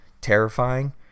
terrifying